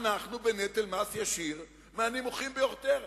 שאנחנו בנטל מס ישיר מהנמוכים ביותר.